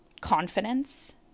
confidence